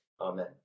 Amen